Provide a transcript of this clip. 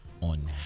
on